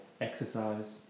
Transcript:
exercise